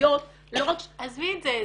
רוחביות לא רק -- עזבי את זה.